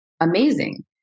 Amazing